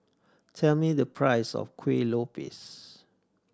tell me the price of Kueh Lopes